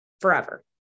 Forever